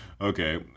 Okay